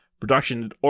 Production